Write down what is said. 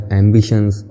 ambitions